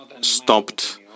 stopped